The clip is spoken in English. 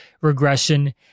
regression